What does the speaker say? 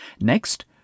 Next